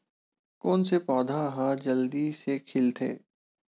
कोन से पौधा ह जल्दी से खिलथे?